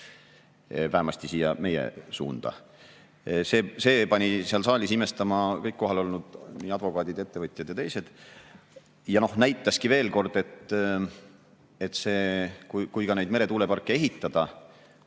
vähemasti siia meie suunda. See pani seal saalis imestama kõik kohalolnud advokaadid, ettevõtjad ja teised. Noh, see näitaski veel kord, et isegi kui neid meretuuleparke ehitada,